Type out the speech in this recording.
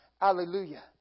Hallelujah